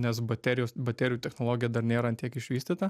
nes baterijos baterijų technologija dar nėra ant tiek išvystyta